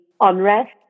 unrest